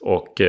Och